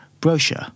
Brochure